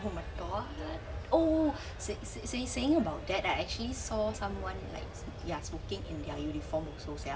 oh my god oh oh oh s~ say~ saying about that right I actually saw someone like ya smoking in their uniform also sia